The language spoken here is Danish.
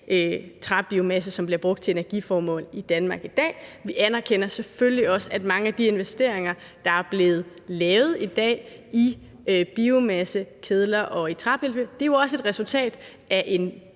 træbiomasse, som bliver brugt til energiformål i Danmark i dag. Vi anerkender selvfølgelig også, at mange af de investeringer, der er blevet lavet i dag i biomassekedler og træpillefyr, jo også er et resultat af en